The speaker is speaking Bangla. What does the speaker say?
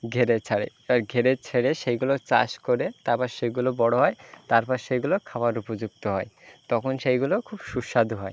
ঘেরে ছাড়ে ঘেরে ছেড়ে সেইগুলো চাষ করে তারপর সেগুলো বড় হয় তারপর সেগুলো খাওয়ার উপযুক্ত হয় তখন সেইগুলো খুব সুস্বাদু হয়